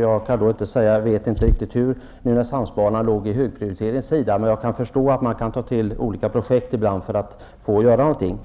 Jag vet inte riktigt hur Nynäshamnsbanan låg till från högprioriteringssynpunkt, men jag kan förstå att man ibland tar till olika projekt för att skapa sysselsättning.